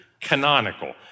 canonical